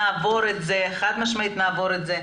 נעבור את זה חד משמעית נעבור את זה,